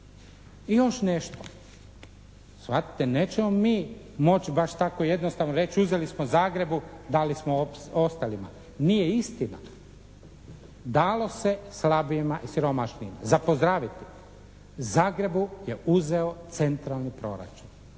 I još nešto, shvatite nećemo mi moći baš tako jednostavno reći uzeli smo Zagrebu, dali smo ostalima. Nije istina. Dalo se slabijima i siromašnijima. Za pozdraviti. Zagrebu je uzeo centralni proračun.